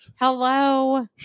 hello